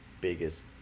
biggest